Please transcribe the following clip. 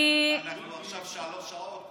אנחנו עכשיו שלוש שעות,